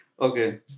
Okay